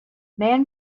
man